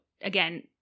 again